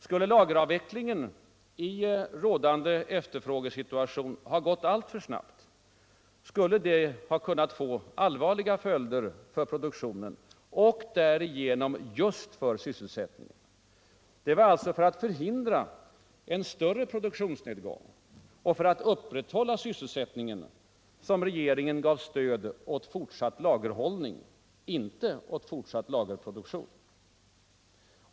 Skulle lageravvecklingen i rådande efterfrågesituation ha gått alltför snabbt, hade det kunnat få allvarliga följder för produktionen och därigenom just för sysselsättningen. Det var alltså för att förhindra en större produktionsnedgång och för att upprätthålla sysselsättningen som regeringen gav stöd åt fortsatt lagerhållning — inte åt fortsatt lagerproduktion.